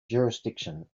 jurisdiction